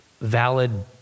valid